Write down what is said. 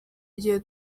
gihe